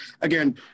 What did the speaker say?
Again